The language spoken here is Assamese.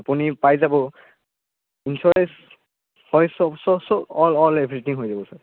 আপুনি পাই যাব ইঞ্চৰেঞ্চ হয় চব চব অল অল এভ্ৰিথিং হৈ যাব ছাৰ